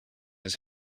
his